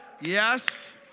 yes